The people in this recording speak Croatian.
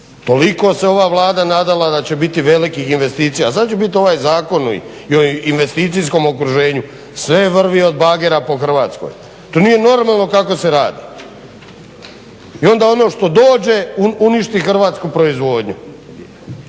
Toliko se ova Vlada nadala da će biti velikih investicija, a sad će biti ovaj Zakon o investicijskom okruženju sve vrvi od bagera po Hrvatskoj. To nije normalno kako se radi! I onda ono što dođe uništi hrvatsku proizvodnju,